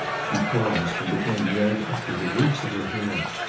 she paused, and became red up to the roots of her hair.